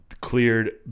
cleared